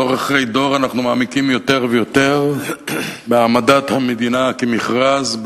דור אחרי דור אנחנו מעמיקים יותר ויותר בהעמדת המדינה כמכרז,